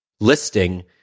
listing